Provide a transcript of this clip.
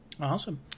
awesome